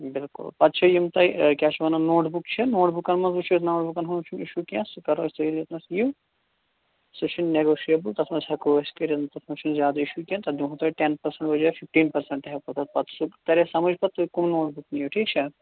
بلکل پَتہٕ چھِ یِم تۄہہِ کیاہ چھِ ونان نوٹ بُک چھِ نوٹ بُکن منٛز وٕچھو نوٹ بُکَن ہُند چھُنہٕ اِشوٗ کیٚنٛہہ سُہ کَرو أسۍ تُہۍ ییٚلہِ یوٚتنَس یِیو سُہ چھُ نٮ۪گوشِیبٕل تَتھ منٛز ہیکو أسۍ کٔرِتھ تَتھ منٛز چھُنہٕ زیادٕ اِچو کیٚنٛہہ تَتھ دِمہو تۄہہِ ٹٮ۪ن پٔرسٮ۪نٹ بَجاے فِفٹیٖن پٔرسٮ۪نٹ ہیکو پَتہٕ سُہ تَرِ پَتہٕ اَسہِ سَمٕج تُہۍ کُم نوٹ بُک نِیو ٹھیٖک چھا